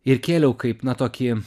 ir kėliau kaip na tokį